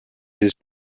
his